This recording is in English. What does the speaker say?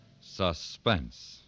Suspense